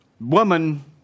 woman